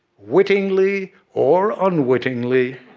wittingly or unwittingly,